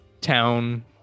town